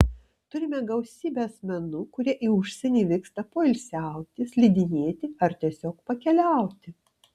turime gausybę asmenų kurie į užsienį vyksta poilsiauti slidinėti ar tiesiog pakeliauti